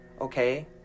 okay